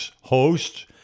hosts